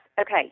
Okay